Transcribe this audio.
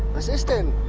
assistant